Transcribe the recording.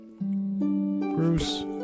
Bruce